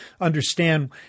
understand